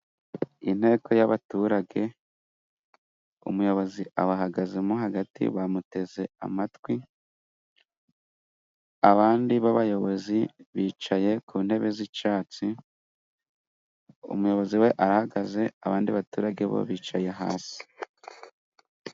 Inteko y'abaturage umuyobozi abahagazemo hagati bamuteze amatwi, abandi ba bayobozi bicaye ku ntebe z'icatsi umuyobozi we arahagaze abandi baturage bo bicaye hasi.